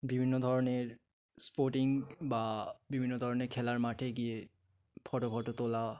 বিভিন্ন ধরনের স্পোর্টিং বা বিভিন্ন ধরনের খেলার মাঠে গিয়ে ফটো ফটো তোলা